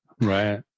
Right